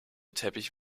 teppich